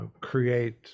create